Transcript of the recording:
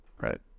right